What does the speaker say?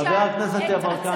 חבר הכנסת יברקן, תודה.